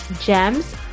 GEMS